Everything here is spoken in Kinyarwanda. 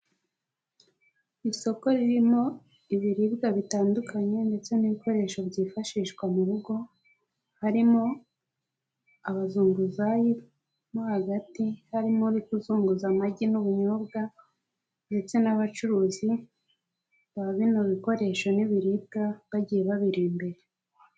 Isoko ririmo ibiribwa bitandukanye ndetse n'ibikoresho byifashishwa mu rugo, harimo abazunguzayi, mo hagati harimo uri kuzunguza amagi n'ubunyobwa ndetse n'abacuruzi ba bino bikoresho n'ibiribwa bagiye babiri imbere.